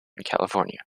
california